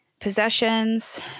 possessions